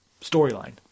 storyline